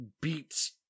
beats